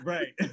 Right